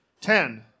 Ten